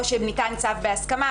או שניתן צו בהסכמה,